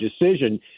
decision